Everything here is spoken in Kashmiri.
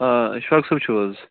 آ اشفاق صٲب چھُو حظ